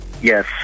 Yes